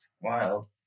wild